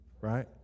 right